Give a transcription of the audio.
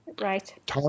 Right